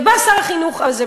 ובא שר החינוך הזה,